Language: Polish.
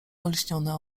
olśnione